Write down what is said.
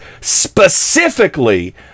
specifically